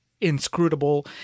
inscrutable